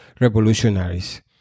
revolutionaries